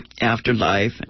afterlife